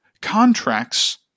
contracts